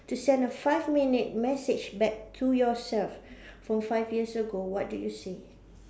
to send a five minute message back to yourself from five years ago what do you say